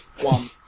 One